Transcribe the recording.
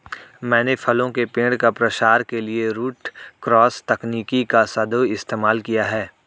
मैंने फलों के पेड़ का प्रसार के लिए रूट क्रॉस तकनीक का सदैव इस्तेमाल किया है